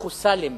אחוס"לים,